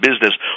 business